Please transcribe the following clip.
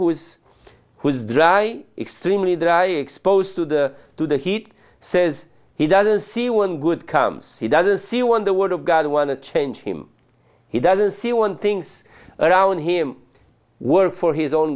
who is whose dry extremely dry exposed to the to the heat says he doesn't see one good comes he doesn't see one the word of god want to change him he doesn't see one things around him work for his own